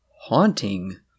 haunting